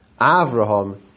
Avraham